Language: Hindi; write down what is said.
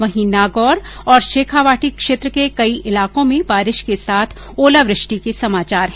वहीं नागौर और शेखावाटी क्षेत्र के कई इलाकों में बारिश के साथ ओलावृष्टि के समाचार हैं